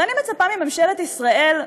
ואני מצפה מממשלת ישראל,